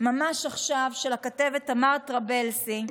ממש עכשיו, של הכתבת תמר טרבלסי,